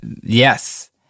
Yes